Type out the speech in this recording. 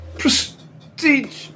prestige